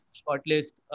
shortlist